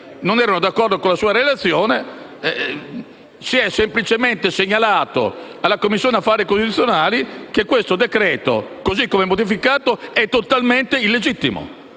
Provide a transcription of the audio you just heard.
non erano d'accordo con la sua relazione, si è semplicemente segnalato alla Commissione affari costituzionali che il decreto-legge al nostro esame, così come modificato, è totalmente illegittimo.